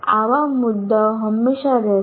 આવા મુદ્દાઓ હંમેશા રહેશે